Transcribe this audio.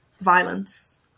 violence